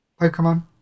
pokemon